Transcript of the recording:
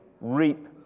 reap